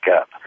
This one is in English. up